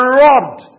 robbed